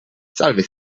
salve